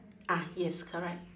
ah yes correct